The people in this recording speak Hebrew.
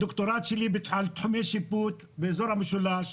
הדוקטורט שלי על תחומי שיפוט באזור המשולש,